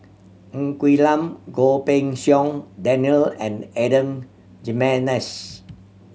Ng Quee Lam Goh Pei Siong Daniel and Adan Jimenez